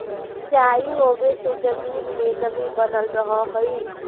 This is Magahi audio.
सिंचाई होवे से जमीन में नमी बनल रहऽ हइ